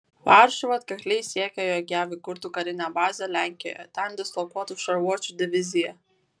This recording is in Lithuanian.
varšuva atkakliai siekia jog jav įkurtų karinę bazę lenkijoje ten dislokuotų šarvuočių diviziją